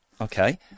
Okay